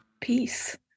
peace